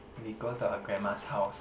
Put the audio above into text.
we go to her grandma's house